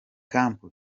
camp